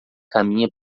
caminha